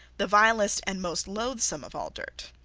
the vilest and most loathsome of all dirt.